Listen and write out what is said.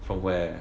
from where